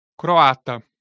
Croata